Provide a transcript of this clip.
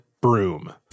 broom